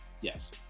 Yes